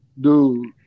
dude